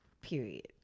Period